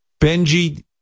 Benji